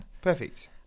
Perfect